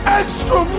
extra